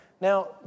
Now